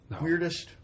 Weirdest